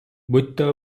будьте